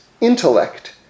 intellect